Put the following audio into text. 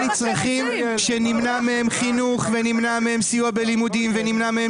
נצרכים שנמנע מהם חינוך ונמנע מהם סיוע בלימודים ונמנע מהם